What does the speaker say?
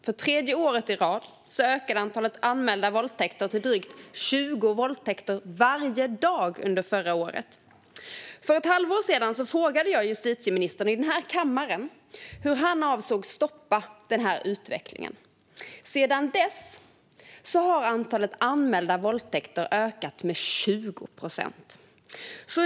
För tredje året i rad ökade antalet anmälda våldtäkter till drygt 20 våldtäkter varje dag under förra året. För ett halvår sedan frågade jag justitieministern i kammaren hur han avsåg att stoppa utvecklingen. Sedan dess har antalet anmälda våldtäkter ökat med 20 procent.